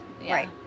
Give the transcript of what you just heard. Right